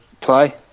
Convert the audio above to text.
play